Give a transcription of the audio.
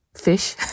Fish